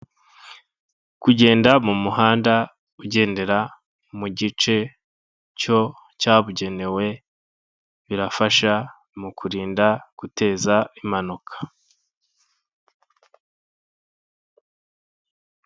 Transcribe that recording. Kugenda mu muhanda ugendera mu gice cyo cyabugenewe, birafasha mu kurinda guteza impanuka.